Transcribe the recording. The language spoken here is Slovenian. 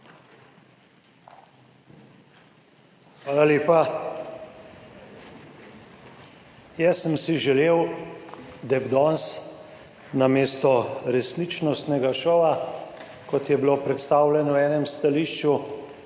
Hvala lepa. Jaz sem si želel, da bi danes namesto resničnostnega šova, kot je bilo predstavljeno v enem stališču,